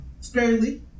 sparingly